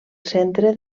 centre